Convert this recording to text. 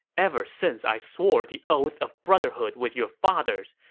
ever since i swore the oath of brotherhood with your fathers,